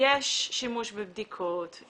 יש שימוש בבדיקות,